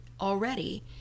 already